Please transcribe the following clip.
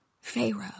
Pharaoh